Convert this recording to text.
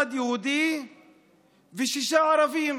אחד יהודי ושישה ערבים.